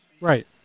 Right